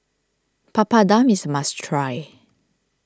Papadum is a must try